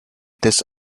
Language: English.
this